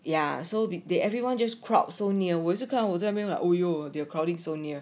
ya so they everyone just crowd so near 我也是看我在那边了 oh yo they are crowding so near